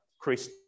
Chris